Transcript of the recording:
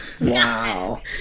Wow